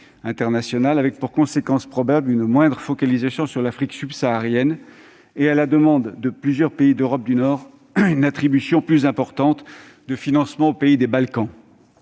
avec pour conséquences probables une moindre focalisation sur l'Afrique subsaharienne et, à la demande de plusieurs pays d'Europe du Nord, une attribution plus importante de financement au pays des Balkans.